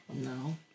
No